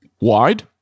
wide